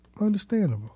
Understandable